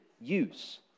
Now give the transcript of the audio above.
use